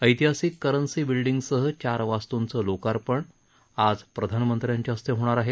ऐतिहासिक करन्सी बिल्डींगसह चार वास्तूंचं लोकार्पण आज प्रधानमंत्र्यांच्या हस्ते होणार आहे